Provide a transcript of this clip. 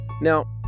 Now